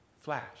flash